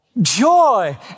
Joy